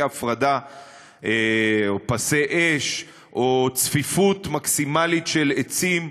הפרדה או פסי אש או צפיפות מקסימלית של עצים,